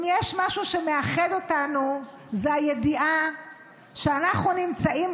אם יש משהו שמאחד אותנו זו הידיעה שאנחנו נמצאים